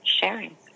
sharing